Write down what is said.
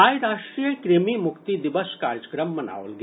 आइ राष्ट्रीय कृमि मुक्ति दिवस कार्यक्रम मनाओल गेल